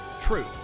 Truth